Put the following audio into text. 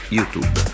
YouTube